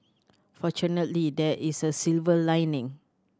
fortunately there is a silver lining